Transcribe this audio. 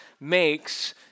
Makes